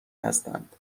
هستند